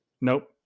Nope